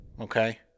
okay